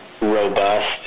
robust